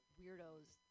weirdos